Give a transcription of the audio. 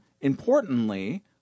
importantly